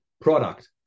product